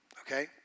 okay